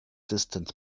distant